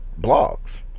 blogs